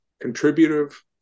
contributive